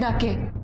ah kid.